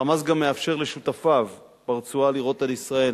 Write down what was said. "חמאס" גם מאפשר לשותפיו ברצועה לירות על ישראל,